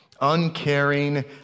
uncaring